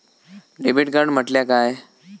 Debit card म्हटल्या काय?